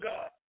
God